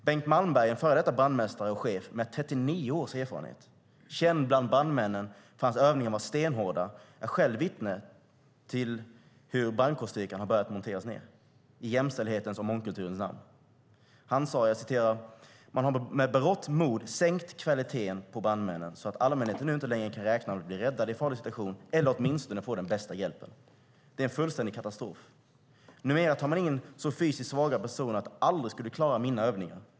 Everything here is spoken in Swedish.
Bengt Malmberg, en före detta brandmästare och chef med 39 års erfarenhet, känd bland brandmännen för att hans övningar var stenhårda, är själv vittne till hur brandkårsstyrkan har börjat monteras ned i jämställdhetens och mångkulturens namn. Han sade: "Man har med berått mod sänkt kvaliteten på brandmännen så att allmänheten nu inte längre kan räkna med att bli räddade i en farlig situation eller åtminstone få den bästa hjälpen. Det är en fullständig katastrof." Han sade vidare: "Numera tar man in så fysiskt svaga personer att de aldrig skulle klara mina övningar.